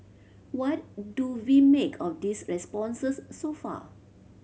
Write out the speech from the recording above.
what do we make of these responses so far